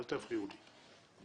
אל תפריעו לי.